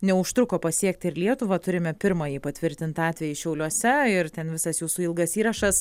neužtruko pasiekti ir lietuvą turime pirmąjį patvirtintą atvejį šiauliuose ir ten visas jūsų ilgas įrašas